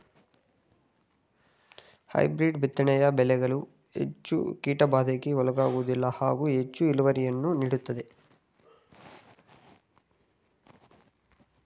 hybrid ಬಿತ್ತನೆಯ ಬೆಳೆಗಳು ಹೆಚ್ಚು ಕೀಟಬಾಧೆಗೆ ಒಳಗಾಗುವುದಿಲ್ಲ ಹಾಗೂ ಹೆಚ್ಚು ಇಳುವರಿಯನ್ನು ನೀಡುತ್ತವೆ